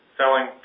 Selling